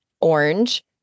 orange